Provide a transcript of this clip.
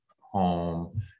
home